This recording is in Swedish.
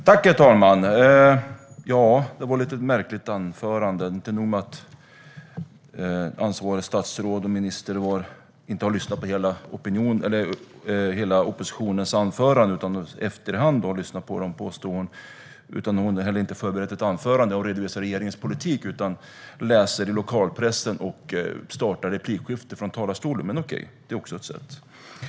Herr talman! Detta var ett märkligt anförande. Inte nog med att ansvarigt statsråd - och ansvarig minister - inte har lyssnat på hela oppositionens anföranden utan påstår att hon har lyssnat på dem i efterhand. Hon har heller inte förberett ett anförande där hon redovisar regeringens politik, utan hon läser ur lokalpressen och startar ett replikskifte från talarstolen. Men okej - det är också ett sätt.